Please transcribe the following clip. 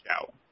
out